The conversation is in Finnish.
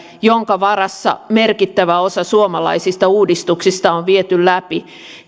jonka varassa merkittävä osa suomalaisista uudistuksista on viety läpi